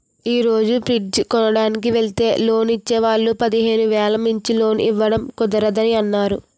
ఈ రోజు ఫ్రిడ్జ్ కొనడానికి వెల్తే లోన్ ఇచ్చే వాళ్ళు పదిహేను వేలు మించి లోన్ ఇవ్వడం కుదరదని అన్నారు